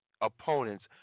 opponents